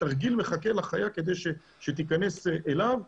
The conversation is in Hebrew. התרגיל מחכה לחיה כדי שתיכנס אליו.